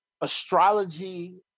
astrology